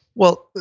well,